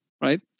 right